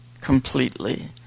completely